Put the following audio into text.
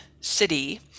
city